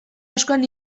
askoan